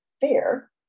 Fair